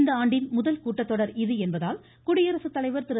இந்த ஆண்டின் முதல் கூட்டத்தொடர் இது என்பதால் குடியரசுத்தலைவர் திரு